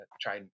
try